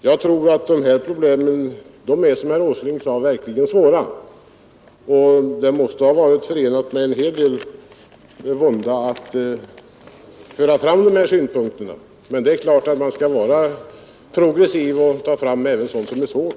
Jag tror att de här problemen, som herr Åsling sade, verkligen är svåra. Det måste ha varit förenat med en hel del vånda att föra fram sådana synpunkter — men det är alldeles klart att man skall vara progressiv och ta fram även sådant som är svårt.